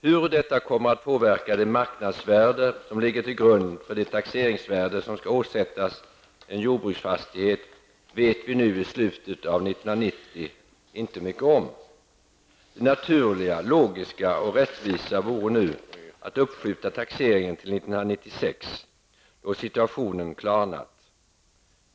Hur detta kommer att påverka det marknadsvärde som ligger till grund för det taxeringsvärde som skall åsättas en jordbruksfastighet vet vi nu, i slutet av 1990, inte mycket om. Det naturliga, logiska och rättvisa vore att uppskjuta taxeringen till 1996, då situationen har klarnat.